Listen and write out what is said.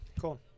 Cool